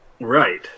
Right